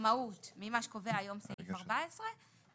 במהות ממה שקובע היום סעיף 14,